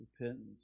repentance